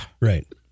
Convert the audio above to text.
Right